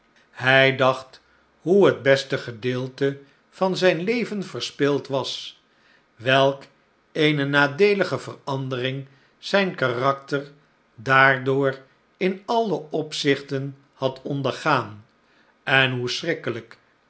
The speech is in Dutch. hij dacht hoe het beste gedeelte van zijn leven verspild was welk eene nadeelige verandering zijn karakter daardoor in alle opzichten had ondergaan en hoe